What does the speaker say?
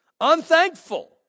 unthankful